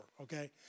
okay